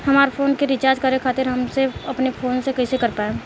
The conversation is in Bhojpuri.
हमार फोन के रीचार्ज करे खातिर अपने फोन से कैसे कर पाएम?